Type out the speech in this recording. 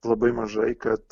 labai mažai kad